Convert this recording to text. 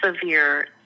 severe